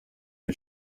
cyo